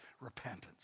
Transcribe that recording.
Repentance